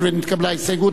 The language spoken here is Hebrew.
הואיל ונתקבלה ההסתייגות,